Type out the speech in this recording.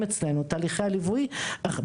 תהליכי הליווי אצלנו,